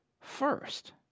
first